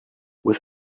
with